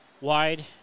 wide